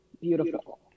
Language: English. beautiful